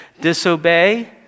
Disobey